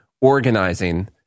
organizing